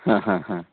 ह ह ह